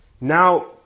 now